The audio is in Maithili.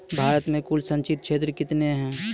भारत मे कुल संचित क्षेत्र कितने हैं?